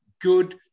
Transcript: good